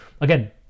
again